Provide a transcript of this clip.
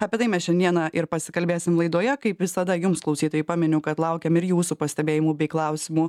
apie tai mes šiandieną ir pasikalbėsim laidoje kaip visada jums klausytojai paminiu kad laukiam ir jūsų pastebėjimų bei klausimų